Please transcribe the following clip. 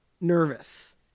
nervous